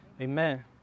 Amen